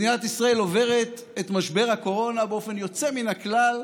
מדינת ישראל עוברת את משבר הקורונה באופן יוצא מן הכלל,